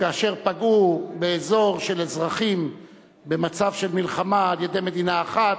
שכאשר פגעו באזור של אזרחים במצב של מלחמה על-ידי מדינה אחת,